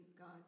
God